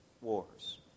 wars